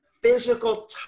physical